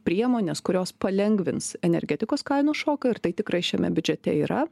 priemones kurios palengvins energetikos kainų šoką ir tai tikrai šiame biudžete yra